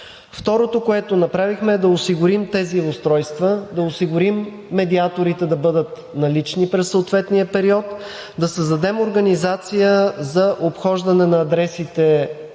Второто, което направихме, е да осигурим тези устройства, да осигурим медиаторите да бъдат налични през съответния период, да създадем организация за обхождане на адресите и